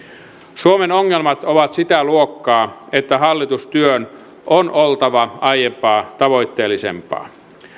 suomen ongelmat ovat sitä luokkaa että hallitustyön on oltava aiempaa tavoitteellisempaa